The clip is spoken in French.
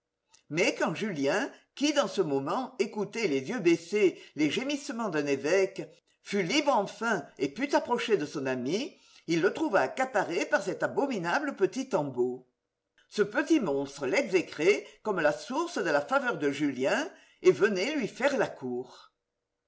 mais quand julien qui dans ce moment écoutait les yeux baissés les gémissements d'un évêque fut libre enfin et put approcher de son ami il le trouva accaparé par cet abominable petit tanbeau ce petit monstre l'exécrait comme la source de la faveur de julien et venait lui faire la court